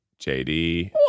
JD